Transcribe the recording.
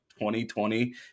2020